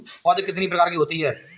पौध कितने प्रकार की होती हैं?